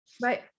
Right